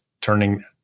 turning